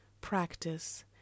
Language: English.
practice